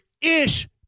ish